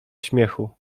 śmiechu